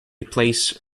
replace